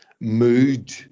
mood